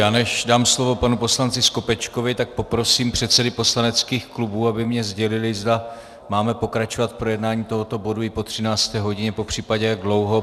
A než dám slovo panu poslanci Skopečkovi, tak poprosím předsedy poslaneckých klubů, aby mi sdělili, zda máme pokračovat v projednávání tohoto bodu i po 13. hodině, popřípadě jak dlouho.